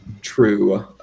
true